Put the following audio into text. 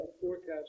forecast